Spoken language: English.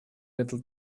little